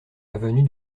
avenue